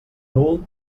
nul